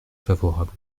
favorable